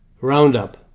Roundup